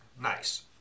Nice